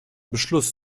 beschluss